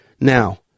Now